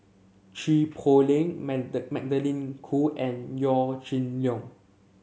Chua Poh Leng Magdalene Khoo and Yaw Shin Leong